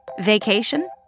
Vacation